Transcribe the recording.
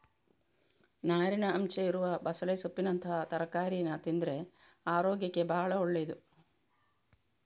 ನಾರಿನ ಅಂಶ ಇರುವ ಬಸಳೆ ಸೊಪ್ಪಿನಂತಹ ತರಕಾರೀನ ತಿಂದ್ರೆ ಅರೋಗ್ಯಕ್ಕೆ ಭಾಳ ಒಳ್ಳೇದು